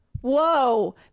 Whoa